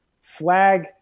flag